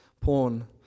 porn